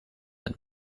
het